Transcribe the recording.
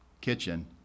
kitchen